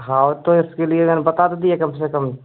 हाँ तो इसके लिए हम बता तो दिए कम से कम